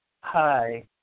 Hi